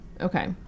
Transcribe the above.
Okay